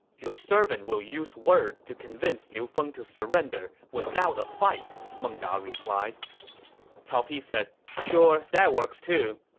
your servant will use words to convince liu feng to surrender without a fight, meng da replied cao pi said sure, that works too,